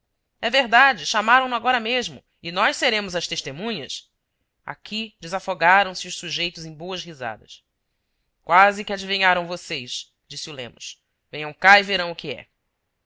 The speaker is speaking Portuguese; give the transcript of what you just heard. é verdade chamaram no agora mesmo e nós seremos as testemunhas aqui desafogaram se os sujeitos em boas risadas quase que adivinharam vocês disse o lemos venham cá e verão o que é